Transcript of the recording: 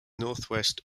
northwest